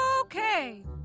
okay